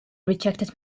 rejected